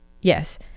yes